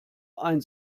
ein